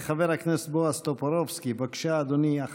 חבר הכנסת בועז טופורובסקי, בבקשה, אדוני.